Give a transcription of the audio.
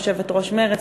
יושבת-ראש מרצ,